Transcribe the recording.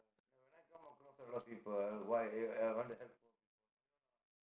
no when I come across a lot of people why eh I want to help poor people eh ya lah